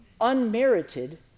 unmerited